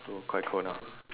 oh quite cold now